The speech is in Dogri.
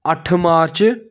अठ मार्च